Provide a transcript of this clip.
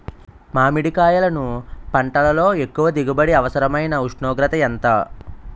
మామిడికాయలును పంటలో ఎక్కువ దిగుబడికి అవసరమైన ఉష్ణోగ్రత ఎంత?